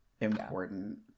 important